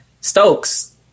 Stokes